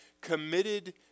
committed